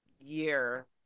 year